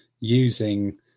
using